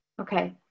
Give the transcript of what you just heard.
Okay